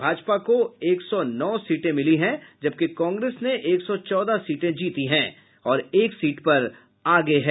भाजपा को एक सौ नौ सीटें मिली हैं जबकि कांग्रेस ने एक सौ चौदह सीटें जीती हैं और एक सीट पर आगे है